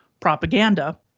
propaganda